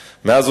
בלבד.